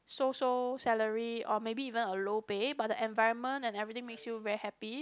so so salary or maybe even a low pay but the environment and everything makes you very happy